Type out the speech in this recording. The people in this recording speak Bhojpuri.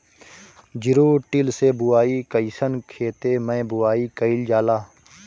जिरो टिल से बुआई कयिसन खेते मै बुआई कयिल जाला?